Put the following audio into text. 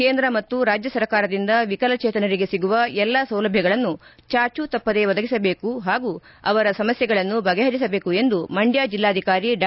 ಕೇಂದ್ರ ಮತ್ತು ರಾಜ್ಯ ಸರ್ಕಾರದಿಂದ ವಿಕಲಚೇತನರಿಗೆ ಸಿಗುವ ಎಲ್ಲಾ ಸೌಲಭ್ಯಗಳನ್ನು ಚಾಚು ತಪ್ಪದೇ ಒದಗಿಸಬೇಕು ಹಾಗೂ ಅವರ ಸಮಸ್ಯೆಗಳನ್ನು ಬಗೆಹರಿಸಬೇಕು ಎಂದು ಮಂಡ್ಕ ಜಿಲ್ಲಾಧಿಕಾರಿ ಡಾ